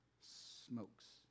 Smokes